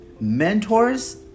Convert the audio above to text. mentors